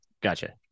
Gotcha